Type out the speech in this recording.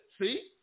See